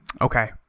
okay